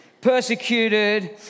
persecuted